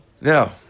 Now